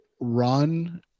run